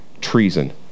treason